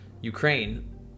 Ukraine